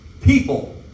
People